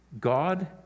God